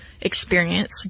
experience